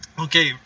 okay